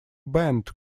bend